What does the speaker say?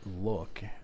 look